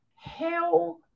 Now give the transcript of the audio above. Hell